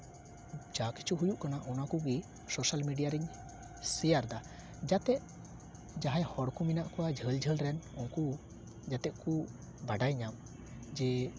ᱡᱟ ᱠᱤᱪᱷᱩ ᱦᱩᱭᱩᱜ ᱠᱟᱱᱟ ᱚᱱᱟ ᱠᱚᱜᱮ ᱥᱳᱥᱟᱞ ᱢᱤᱰᱤᱭᱟ ᱨᱤᱧ ᱥᱮᱭᱟᱨ ᱮᱫᱟ ᱡᱟᱛᱮ ᱡᱟᱦᱟᱸᱭ ᱦᱚᱲ ᱠᱚ ᱢᱮᱱᱟᱜ ᱠᱚᱣᱟ ᱡᱷᱟᱹᱞ ᱡᱷᱟᱹᱞ ᱨᱮᱱ ᱩᱱᱠᱩ ᱡᱟᱛᱮ ᱠᱩ ᱵᱟᱰᱟᱭ ᱧᱟᱢ ᱡᱮ